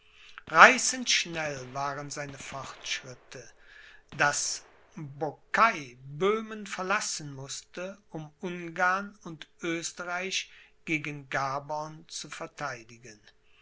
reißend schnell waren seine fortschritte daß boucquoi böhmen verlassen mußte um ungarn und oesterreich gegen gaborn zu vertheidigen